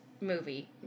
movie